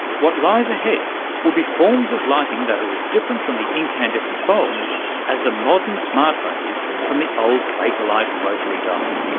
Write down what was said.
what lies ahead will be forms of lighting that are as different from the incandescent bulb as the modern smart phone is from the old bakelite rotary dial.